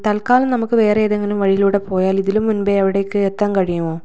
തൽക്കാലം നമുക്ക് വേറെ ഏതെങ്കിലും വഴിയിലൂടെ പോയാൽ ഇതിലും മുൻപേ അവിടേക്ക് എത്താൻ കഴിയുമോ